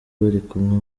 barikumwe